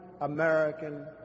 American